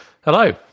Hello